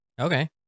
Okay